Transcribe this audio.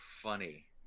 funny